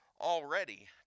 Already